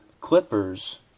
Clippers